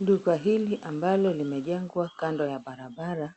Duka hili ambalo limejengwa kando ya barabara